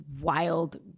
wild